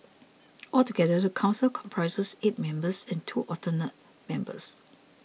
altogether the council comprises eight members and two alternate members